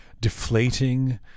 deflating